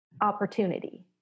opportunity